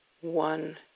one